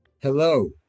Hello